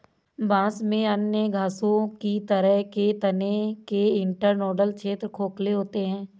बांस में अन्य घासों की तरह के तने के इंटरनोडल क्षेत्र खोखले होते हैं